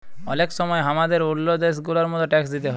অলেক সময় হামাদের ওল্ল দ্যাশ গুলার মত ট্যাক্স দিতে হ্যয়